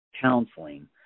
counseling